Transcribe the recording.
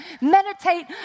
Meditate